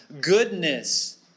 goodness